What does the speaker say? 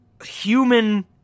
Human